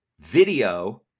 Video